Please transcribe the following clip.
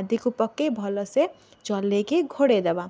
ଆଦିକୁ ପକେଇ ଭଲସେ ଚଲେଇକି ଘୋଡ଼େଇ ଦେବା